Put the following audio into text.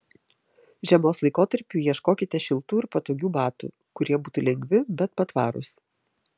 žiemos laikotarpiui ieškokite šiltų ir patogių batų kurie būtų lengvi bet patvarūs